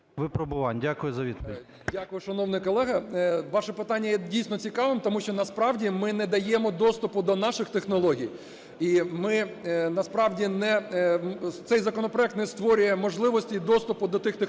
Дякую, шановний колего. Ваше питання є дійсно цікавим, тому що насправді ми не даємо доступу до наших технологій і насправді цей законопроект не створює можливості доступу до тих технологій,